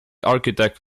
architect